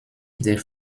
der